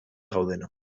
gaudenok